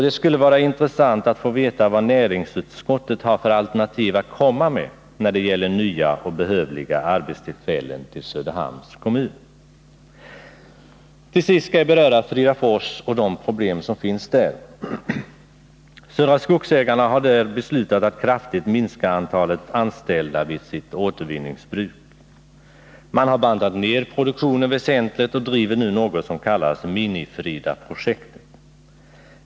Det skulle vara intressant att få veta vad näringsutskottet har för alternativ att komma med när det gäller nya och behövliga arbetstillfällen till Söderhamns kommun. Till sist skall jag beröra Fridafors och de problem som där finns. Södra skogsägarna har beslutat att kraftigt minska antalet anställda vid sitt återvinningsbruk där. Man har bantat ned produktionen väsentligt och driver nu något som kallas Mini-Frida-projektet.